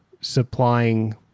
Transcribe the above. supplying